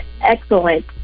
excellent